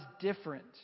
different